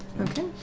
Okay